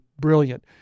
brilliant